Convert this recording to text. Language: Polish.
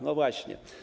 No właśnie.